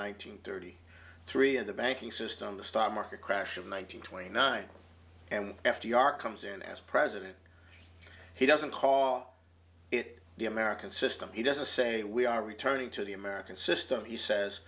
hundred thirty three and the banking system the stock market crash of one nine hundred twenty nine and f d r comes in as president he doesn't call it the american system he doesn't say we are returning to the american system he says